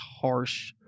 harsh